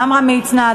עמרם מצנע,